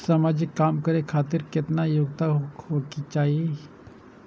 समाजिक काम करें खातिर केतना योग्यता होके चाही?